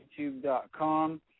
YouTube.com